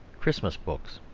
christmas books.